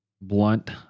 blunt